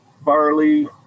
barley